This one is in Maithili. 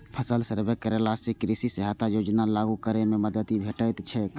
फसल सर्वे करेला सं कृषि सहायता योजना लागू करै मे मदति भेटैत छैक